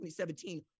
2017